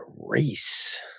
race